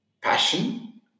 Passion